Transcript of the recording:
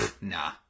nah